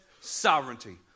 sovereignty